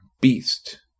beast